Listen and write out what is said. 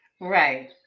Right